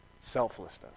selflessness